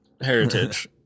heritage